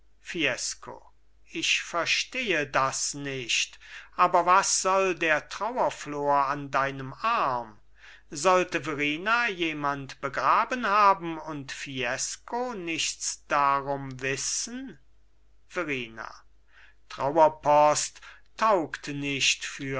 ich verstehe das nicht aber was soll der trauerflor an deinem arm sollte verrina jemand begraben haben und fiesco nichts darum wissen verrina trauerpost taugt nicht